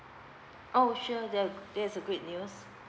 oh sure that that's a great news